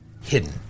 Hidden